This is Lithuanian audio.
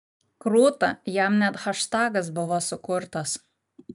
krūta jam net haštagas buvo sukurtas